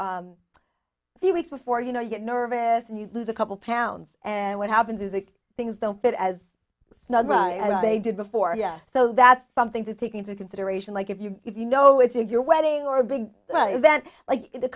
few weeks before you know you get nervous and you lose a couple pounds and what happen do the things don't fit as they did before yes so that's something to take into consideration like if you if you know it's your wedding or a big event like the